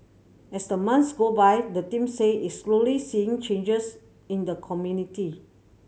as the months go by the team say it's slowly seeing changes in the community